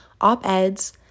op-eds